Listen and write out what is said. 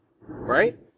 right